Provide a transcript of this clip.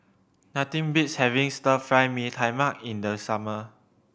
nothing beats having Stir Fry Mee Tai Mak in the summer